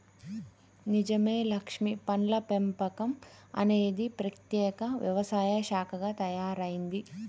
నిజమే లక్ష్మీ పండ్ల పెంపకం అనేది ప్రత్యేక వ్యవసాయ శాఖగా తయారైంది